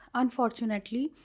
unfortunately